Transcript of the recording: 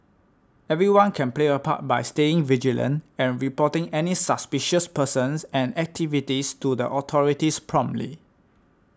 everyone can play a part by staying vigilant and reporting any suspicious persons and activities to the authorities promptly